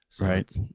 Right